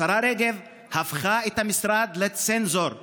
השרה רגב הפכה את המשרד לצנזור ראשי,